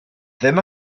ddim